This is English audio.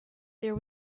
there